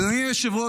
אדוני היושב-ראש,